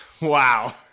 Wow